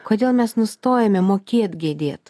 kodėl mes nustojame mokėt gedėt